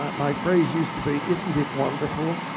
um my phrase used to be, isn't it wonderful?